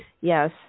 Yes